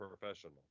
professional